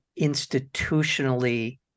institutionally